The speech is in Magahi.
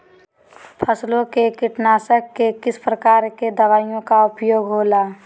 फसलों के कीटनाशक के किस प्रकार के दवाइयों का उपयोग हो ला?